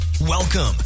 Welcome